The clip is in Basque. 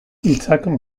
hitzak